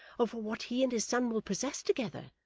over what he and his son will possess together.